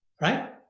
right